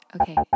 Okay